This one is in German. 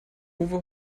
uwe